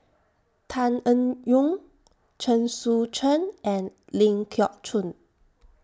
Tan Eng Yoon Chen Sucheng and Ling Geok Choon